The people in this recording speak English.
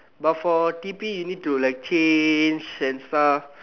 but for T_P you need to like change and stuff